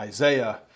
Isaiah